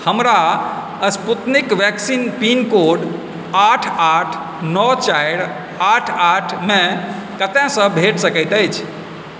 हमरा Sputnik vaccine pin code आठ आठ नओ चारि आठ आठ मे कतयसँ भेट सकैत अछि